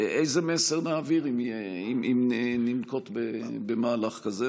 איזה מסר נעביר אם ננקוט מהלך כזה?